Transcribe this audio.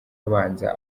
abanza